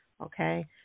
okay